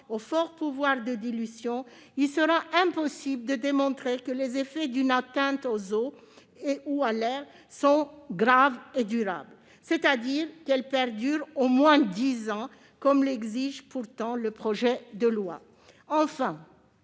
aux forts pouvoirs de dilution, il sera impossible de démontrer que les effets d'une atteinte à l'eau ou à l'air sont graves et durables, c'est-à-dire qu'ils perdurent au moins dix ans, comme l'exige pourtant le projet de loi. Enfin,